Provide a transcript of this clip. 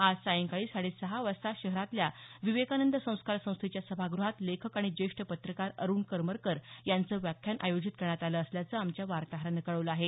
आज सायंकाळी साडे सहा वाजता शहरातल्या विवेकानंद संस्कार संस्थेच्या सभागृहात लेखक आणि जेष्ठ पत्रकार अरुण करमरकर यांचं व्याख्यान आयोजित करण्यात आलं असल्याचं आमच्या वार्ताहरानं कळवलं आहे